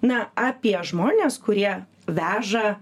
na apie žmones kurie veža